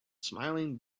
smiling